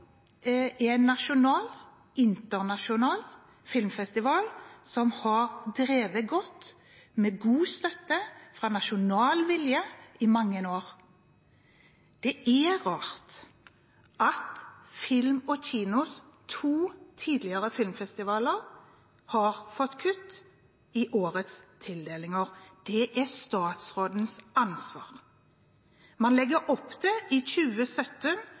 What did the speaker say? har drevet godt, med god støtte fra nasjonal vilje i mange år. Det er rart at Film & Kinos to tidligere filmfestivaler har fått kutt i årets tildelinger. Det er statsrådens ansvar. Man legger i 2017 opp til 5 mill. kr i